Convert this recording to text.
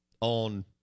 on